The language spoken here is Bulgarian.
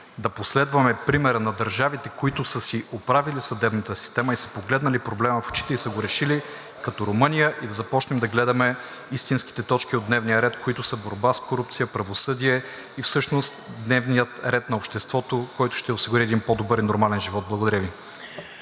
да последваме примера на държавите, които са си оправили съдебната система и са погледнали проблема в очите и са го решили като Румъния и да започнем да гледаме истинските точки от дневния ред, които са борба с корупция, правосъдие и всъщност дневният ред на обществото, което ще осигури един по-добър и нормален живот. Благодаря Ви.